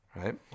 right